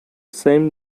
same